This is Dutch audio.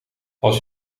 als